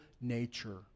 nature